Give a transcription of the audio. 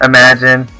Imagine